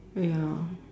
ya